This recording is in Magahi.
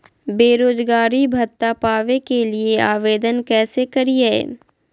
बेरोजगारी भत्ता पावे के लिए आवेदन कैसे करियय?